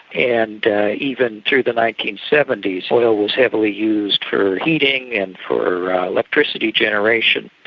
and even through the nineteen seventy s oil was heavily used for heating and for electricity generation.